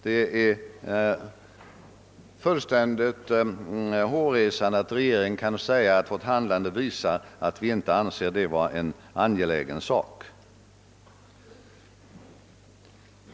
Det är fullständigt hårresande att regeringen kan säga att vårt handlande visar att vi inte anser detta vara en angelägen sak.